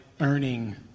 earning